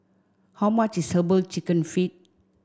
how much is Herbal Chicken Feet